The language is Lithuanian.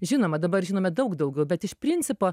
žinoma dabar žinome daug daugiau bet iš principo